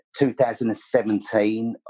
2017